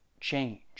change